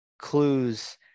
clues